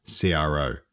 CRO